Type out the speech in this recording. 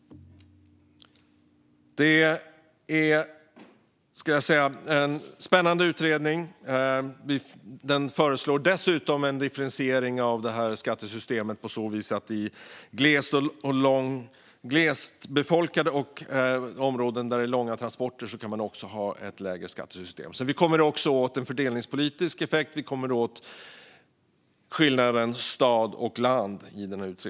Det är en spännande utredning. Den föreslår dessutom en differentiering av skattesystemet med lägre skatter för glesbefolkade områden med långväga transporter. Genom utredningen får vi också en fördelningspolitisk effekt och kommer åt skillnaden mellan stad och land.